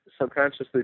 subconsciously